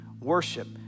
worship